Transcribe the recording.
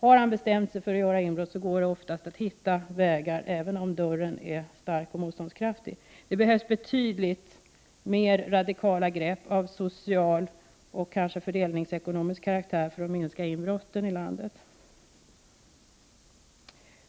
Har han bestämt sig för att göra inbrott går det oftast att hitta vägar, även om dörren är stark och motståndskraftig. Det behövs betydligt mer radikala grepp av social och kanske fördelningsekonomisk karaktär för att minska inbrotten i landet.